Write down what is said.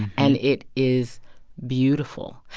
and it is beautiful.